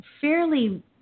fairly